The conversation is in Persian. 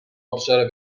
ابشار